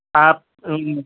آپ